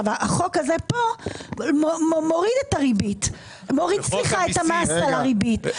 החוק הזה כאן מוריד את המס על הריבית אבל למה לא להוריד את